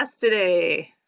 today